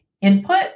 input